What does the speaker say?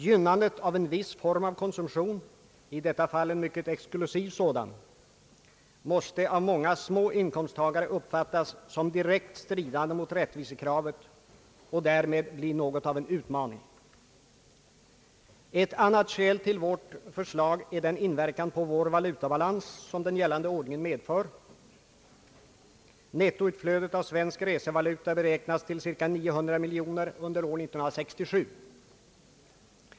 Gynnandet av en viss form av konsumtion — i detta fall en mycket exklusiv sådan — måste av många små inkomsttagare uppfattas såsom direkt stridande mot rättvisekravet och därmed bli någonting av en utmaning. Ett annat skäl till vårt förslag är den inverkan på vår valutabalans som gällande ordning medför. Nettoutflödet av svensk resevaluta beräknas till cirka 900 miljoner kronor under år 1967.